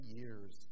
years